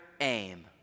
aim